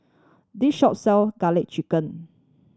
this shop sell Garlic Chicken